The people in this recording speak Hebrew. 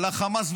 על החמאס,